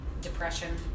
depression